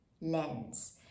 lens